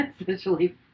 essentially